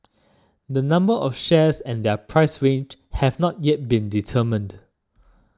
the number of shares and their price range have not yet been determined